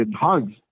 hugs